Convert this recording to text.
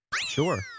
Sure